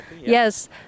Yes